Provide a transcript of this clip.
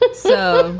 but so,